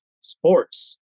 sports